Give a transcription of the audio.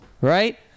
Right